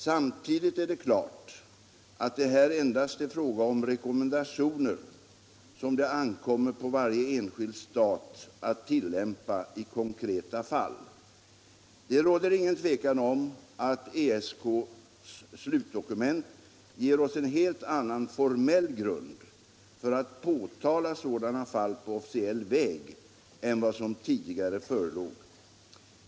Samtidigt är det klart att det här endast är fråga om rekommendationer som det ankommer på varje enskild stat att tillämpa i konkreta fall. Det råder ingen tvekan om att ESK:s slutdokument ger oss en helt annan formell grund för att påtala sådana fall på officiell väg än vad som tidigare förelåg.